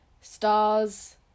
Star's